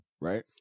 right